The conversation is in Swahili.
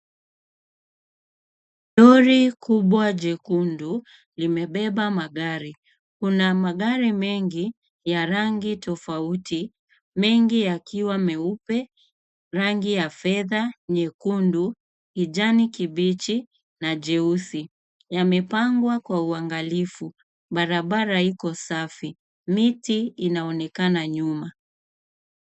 Lori kubwa jekundu limebeba magari. Kuna magari mengi ya rangi tofauti mengi yakiwa meupe, rangi ya fedha, nyekundu, kijani kibichi na jeusi yamepangwa kwa uangalifu. Barabara iko safi. Miti inaonekana nyuma.